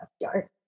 dark